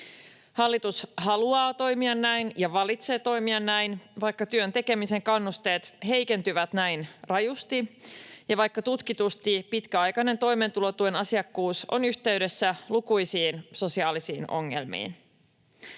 Hallitus haluaa toimia näin ja valitsee toimia näin, vaikka työn tekemisen kannusteet heikentyvät näin rajusti ja vaikka tutkitusti pitkäaikainen toimeentulotuen asiakkuus on yhteydessä lukuisiin sosiaalisiin ongelmiin.